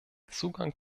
zugang